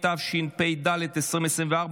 התשפ"ד 2024,